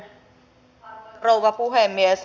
arvoisa rouva puhemies